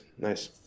Nice